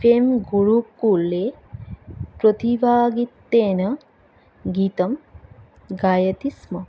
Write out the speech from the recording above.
fame गुरुकुले प्रतिवागितेन गीतं गायति स्म